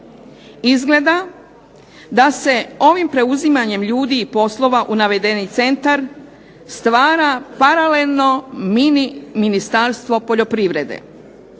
Izgleda da se ovim preuzimanjem ljudi i poslova u navedeni centar stvara paralelno mini ministarstvo poljoprivrede.